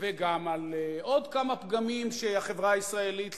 וגם על שכר מינימום וגם על עוד כמה פגמים שהחברה הישראלית,